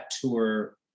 tour